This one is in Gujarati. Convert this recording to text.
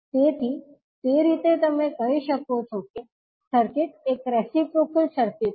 તેથી તે રીતે તમે કહી શકો છો કે સર્કિટ એક રેસીપ્રોક્લ સર્કિટ છે